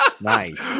Nice